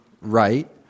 right